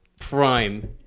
prime